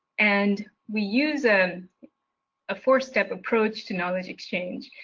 and we use um a four-step approach to knowledge exchange.